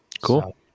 cool